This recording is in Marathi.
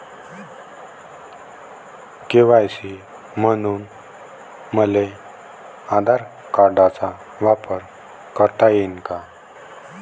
के.वाय.सी म्हनून मले आधार कार्डाचा वापर करता येईन का?